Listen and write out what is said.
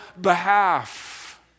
behalf